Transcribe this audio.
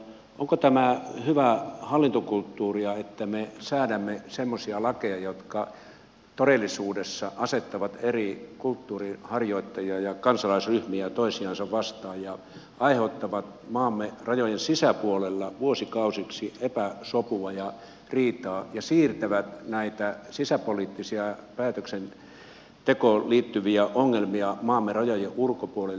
onko tämä hyvää hallintokulttuuria että me säädämme semmoisia lakeja jotka todellisuudessa asettavat eri kulttuurin harjoittajia ja kansalaisryhmiä toisiansa vastaan ja aiheuttavat maamme rajojen sisäpuolella vuosikausiksi epäsopua ja riitaa ja siirtävät näitä sisäpoliittisia päätöksentekoon liittyviä ongelmia maamme rajojen ulkopuolelle